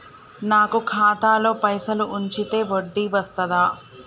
నాకు ఖాతాలో పైసలు ఉంచితే వడ్డీ వస్తదా?